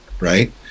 right